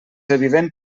evident